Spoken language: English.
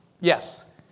Yes